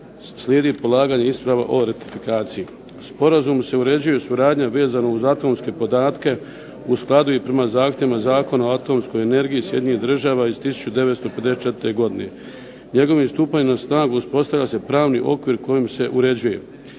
slijedi polaganje isprava o ratifikaciji. Sporazum se uređuje suradnja vezano uz atomske podatke u skladu i prema zahtjevima Zakona o atomskoj energiji Sjedinjenih država iz 1954. godine. Njegovim stupanjem na snagu uređuje se pravni okvir kojim se uređuje